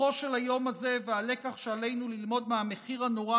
רוחו של היום הזה והלקח שעלינו ללמוד מהמחיר הנורא